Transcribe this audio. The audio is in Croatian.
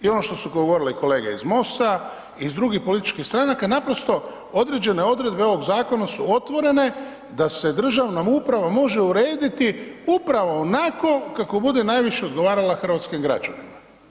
I ono što su govorile kolege iz MOST-a i iz drugih političkih stranaka, naprosto određene odredbe ovog zakona su otvorene da se državna uprava može urediti upravo onako kako bude najviše odgovarala hrvatskim građanima.